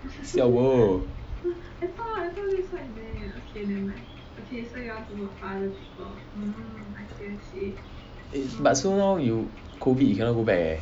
siao bo eh so now you COVID you cannot go back leh